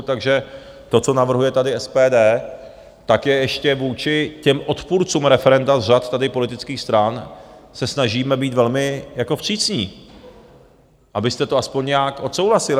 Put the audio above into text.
Takže to, co navrhuje tady SPD, tak je ještě vůči těm odpůrcům referenda z řad tady politických stran... se snažíme být velmi jako přísní , abyste to aspoň nějak odsouhlasili.